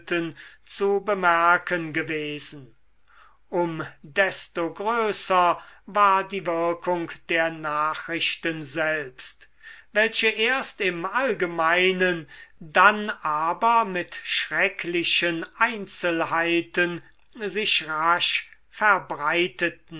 zu bemerken gewesen um desto größer war die wirkung der nachrichten selbst welche erst im allgemeinen dann aber mit schrecklichen einzelheiten sich rasch verbreiteten